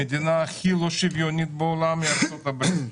המדינה הכי לא שוויונית בעולם היא ארצות הברית.